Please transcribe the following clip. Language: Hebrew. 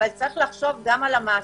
אבל צריך לחשוב גם על המעסיק.